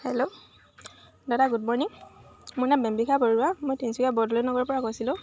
hello দাদা good morning মোৰ নাম বেম্বিকা বৰুৱা মই তিনিচুকীয়া বৰদলৈ নগৰৰ পৰা কৈছিলোঁ